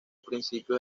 principios